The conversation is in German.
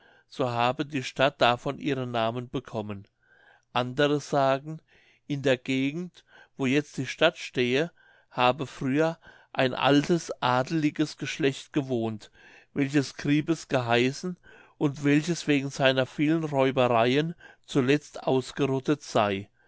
so habe die stadt davon ihren namen bekommen andere sagen in der gegend wo jetzt die stadt stehe habe früher ein altes adliges geschlecht gewohnt welches gripes geheißen und welches wegen seiner vielen räubereien zuletzt ausgerottet sey